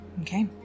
Okay